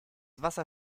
wasser